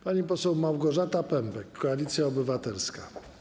Pani poseł Małgorzata Pępek, Koalicja Obywatelska.